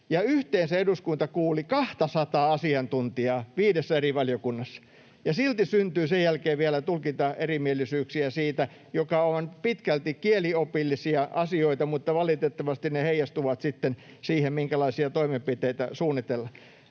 yhteensä eduskunta kuuli 200:aa asiantuntijaa viidessä eri valiokunnassa, ja silti syntyy sen jälkeen vielä tulkintaerimielisyyksiä siitä, mikä on pitkälti kieliopillisia asioita, mutta valitettavasti ne heijastuvat sitten siihen, minkälaisia toimenpiteitä suunnitellaan.